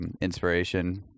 inspiration